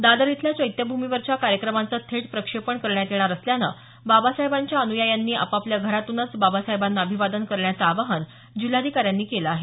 दादर इथल्या चैत्यभूमीवरच्या कार्यक्रमाचं थेट प्रक्षेपण करण्यात येणार असल्यानं बाबासाहेबांच्या अन्यायांनी आपापल्या घरातूनच बाबासाहेबांना अभिवादन करण्याचं आवाहन जिल्हाधिकाऱ्यांनी केलं आहे